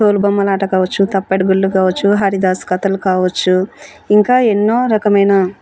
తోలు బొమ్మలాట కావచ్చు తప్పెటగుళ్ళు కావచ్చు హరిదాస్ కథలు కావచ్చు ఇంకా ఎన్నో రకమైన